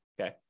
Okay